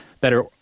better